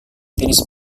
tenis